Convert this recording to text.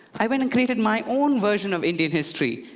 i went and created my own version of indian history.